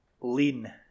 Lean